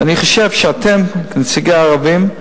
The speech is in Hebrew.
אני חושב שאתם, כנציגי הערבים,